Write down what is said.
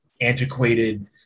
antiquated